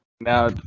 Now